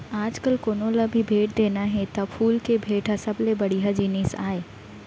आजकाल कोनों ल भी भेंट देना हे त फूल के भेंट ह सबले बड़िहा जिनिस आय